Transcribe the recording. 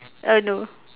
uh no